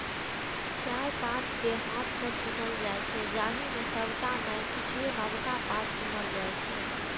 चायक पात कें हाथ सं चुनल जाइ छै, जाहि मे सबटा नै किछुए नवका पात चुनल जाइ छै